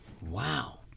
Wow